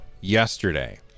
yesterday